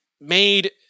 made